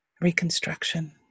reconstruction